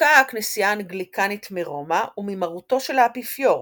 התנתקה הכנסייה האנגליקנית מרומא וממרותו של האפיפיור,